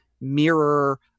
mirror